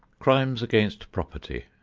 crimes against property